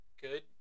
good